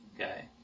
Okay